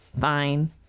fine